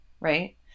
right